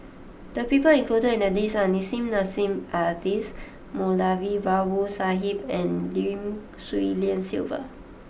the people included in the list are Nissim Nassim Adis Moulavi Babu Sahib and Lim Swee Lian Sylvia